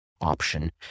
option